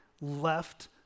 left